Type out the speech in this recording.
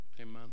amen